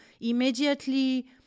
immediately